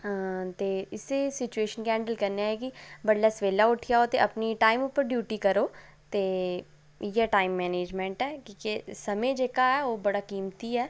हां ते इस्सै सिचुएशन गी हैंडल करने आं कि बडलै सबेलै उठी आओ ते टाइम उप्पर ड्यूटी करो ते इ'यै टाइम मैनेजमैंट ऐ की जे समें जेह्का ऐ ओह् बड़ा कीमती ऐ